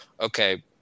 okay